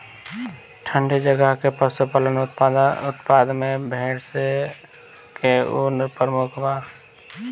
ठंडी जगह के पशुपालन उत्पाद में भेड़ स के ऊन प्रमुख बा